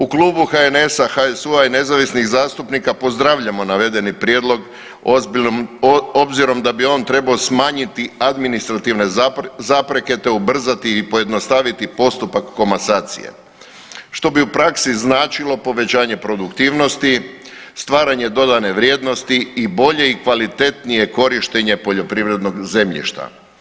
U klubu HNS-a, HSU-a i nezavisnih zastupnika pozdravljamo navedeni prijedlog obzirom da bi on trebao smanjiti administrativne zapreke, te ubrzati i pojednostaviti postupak komasacije što bi u praksi značilo povećanje produktivnosti, stvaranje dodane vrijednosti i boljeg i kvalitetnije korištenje poljoprivrednog zemljišta.